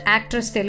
Actress